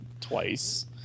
Twice